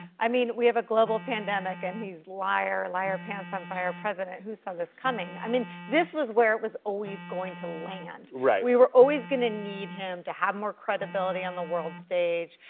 i mean, we have a global pandemic, and he's liar, liar, pants on fire president who saw this coming. i mean, this was where it was always going to land. right. we were always going to need him to have more credibility on the world stage,